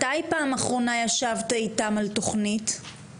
מתי פעם אחרונה ישבת איתם על תוכנית?